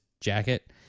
jacket